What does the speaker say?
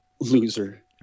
loser